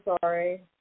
sorry